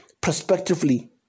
prospectively